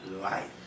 life